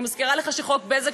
אני מזכירה לך שחוק הבזק,